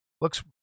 looks